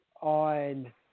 on